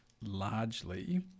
largely